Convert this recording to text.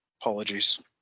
Apologies